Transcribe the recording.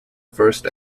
first